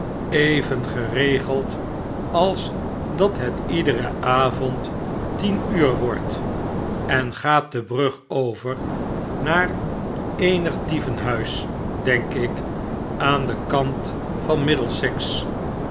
even geregeld als dat hetiederen avond tien uur wordt en gaat de brug over naar eenig dievenhuis denk ik aan den kant van middlesex